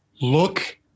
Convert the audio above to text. Look